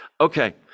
Okay